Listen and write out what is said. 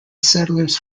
settlers